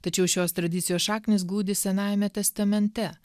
tačiau šios tradicijos šaknys glūdi senajame testamente